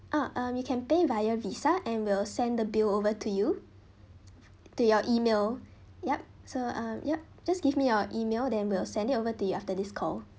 uh um you can pay via visa and we'll send the bill over to you to your email yup so uh yup just give me your email then we'll send it over to you after this call